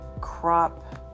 crop